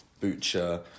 Butcher